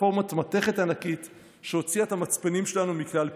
לפלטפורמת מתכת ענקית שהוציאה את המצפנים שלנו מכלל פעולה.